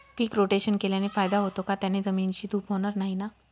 पीक rotation केल्याने फायदा होतो का? त्याने जमिनीची धूप होणार नाही ना?